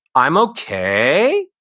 i'm okay,